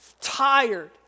tired